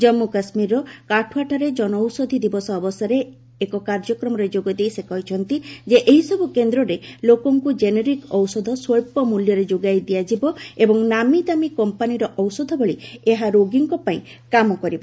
ଜାମ୍ମୁ କାଶ୍ମୀରର କଠୁଆଠାରେ ଜନଔଷଧି ଦିବସ ଅବସରରେ ଏକ କାର୍ଯ୍ୟକ୍ମରେ ଯୋଗଦେଇ ସେ କହିଚ୍ଚନ୍ତି ଯେ ଏହିସବୂ କେନ୍ଦ୍ରେ ଲୋକଙ୍କୁ କେନେରିକ୍ ଔଷଧ ସ୍ୱଚ୍ଚ ମୂଲ୍ୟରେ ଯୋଗାଇ ଦିଆଯିବ ଏବଂ ନାମୀଦାମୀ କମ୍ପାନିର ଔଷଧ ଭଳି ଏହା ରୋଗୀଙ୍କ ପାଇଁ କାମ କରିବ